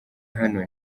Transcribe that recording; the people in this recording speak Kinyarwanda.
hano